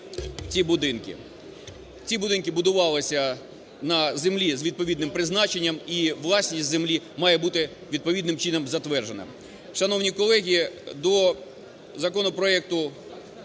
Ці будинки будувалися на землі з відповідним призначенням і власність землі має бути відповідним чином затверджена.